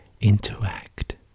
interact